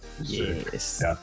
Yes